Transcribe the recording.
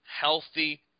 healthy